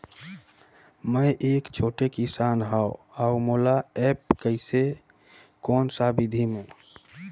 मै एक छोटे किसान हव अउ मोला एप्प कइसे कोन सा विधी मे?